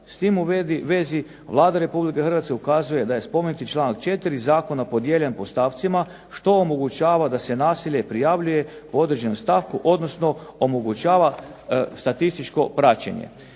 S tim u vezi Vlada Republike Hrvatske ukazuje da je spomenuti članak 4. zakona podijeljen po stavcima što omogućava da se nasilje prijavljuje po određenom stavku, odnosno omogućava statističko praćenje.